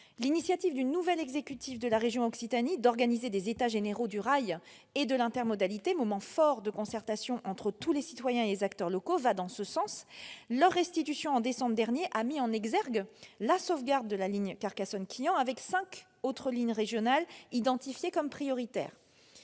L'initiative du nouvel exécutif de la région Occitanie d'organiser des états généraux du rail et de l'intermodalité, qui a été un moment fort de concertation entre tous les citoyens et les acteurs locaux, va dans ce sens. Leur restitution en décembre dernier a mis en exergue la nécessité de sauvegarder la ligne Carcassonne-Quillan avec cinq autres lignes régionales identifiées comme prioritaires.